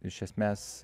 iš esmės